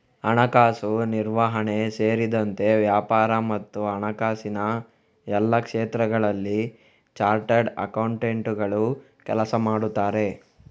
ಹಣಕಾಸು ನಿರ್ವಹಣೆ ಸೇರಿದಂತೆ ವ್ಯಾಪಾರ ಮತ್ತು ಹಣಕಾಸಿನ ಎಲ್ಲಾ ಕ್ಷೇತ್ರಗಳಲ್ಲಿ ಚಾರ್ಟರ್ಡ್ ಅಕೌಂಟೆಂಟುಗಳು ಕೆಲಸ ಮಾಡುತ್ತಾರೆ